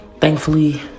thankfully